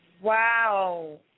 Wow